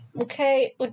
Okay